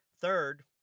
Third